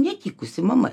netikusi mama